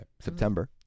September